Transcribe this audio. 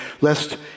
lest